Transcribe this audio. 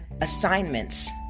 assignments